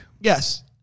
Yes